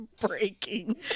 Breaking